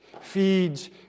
feeds